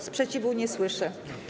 Sprzeciwu nie słyszę.